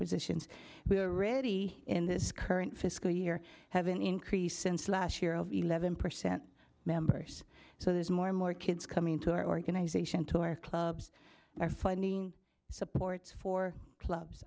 positions we are already in this current fiscal year have been increased since last year of eleven percent members so there's more and more kids coming into our organization to our clubs are finding supports for clubs